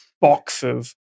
boxes